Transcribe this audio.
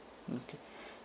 okay